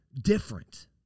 Different